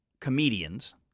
comedians